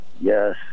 yes